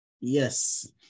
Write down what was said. yes